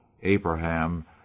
Abraham